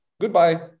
goodbye